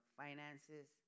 finances